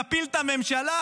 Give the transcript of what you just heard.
נפיל את הממשלה.